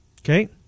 Okay